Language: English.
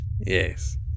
yes